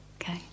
okay